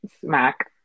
smack